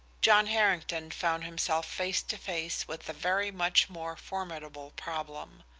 john harrington found himself face to face with a very much more formidable problem.